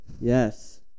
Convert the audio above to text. Yes